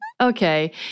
Okay